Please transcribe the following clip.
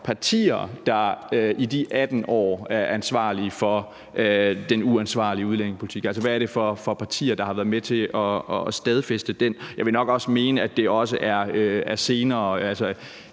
partier, der i de 18 år har været ansvarlige for den uansvarlige udlændingepolitik. Altså, hvad er det for partier, der har været med til at stadfæste den? Jeg vil nok også mene, at det også er senere.